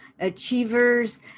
achievers